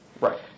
Right